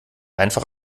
einfach